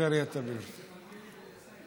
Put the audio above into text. פריפריית הפריפריה.